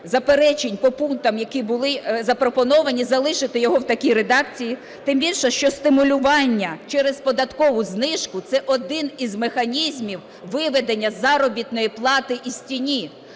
заперечень по пунктах, які були запропоновані, залишити його в такій редакції. Тим більше, що стимулювання через податкову знижку – це один з механізмів виведення заробітної плати із тіні.